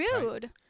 rude